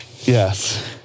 Yes